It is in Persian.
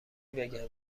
بگم